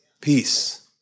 Peace